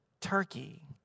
Turkey